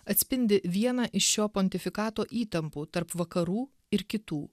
atspindi vieną iš šio pontifikato įtampų tarp vakarų ir kitų